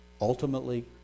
ultimately